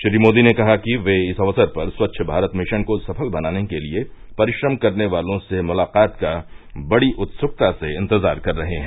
श्री मोदी ने कहा कि वे इस अवसर पर स्वच्छ भारत मिशन को सफल बनाने के लिए परिश्रम करने वालों से मुलाकात का बड़ी उत्सुकता से इंतजार कर रहे हैं